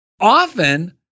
Often